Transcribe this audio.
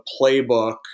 playbook